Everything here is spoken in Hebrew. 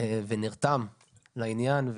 ונרתם לעניין.